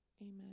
Amen